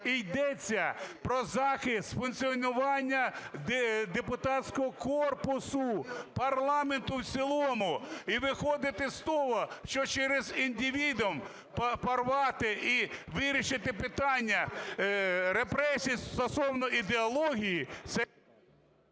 йдеться про захист функціонування депутатського корпусу, парламенту в цілому, і виходити з того, що через індивідум порвати і вирішити питання репресій стосовно ідеології, це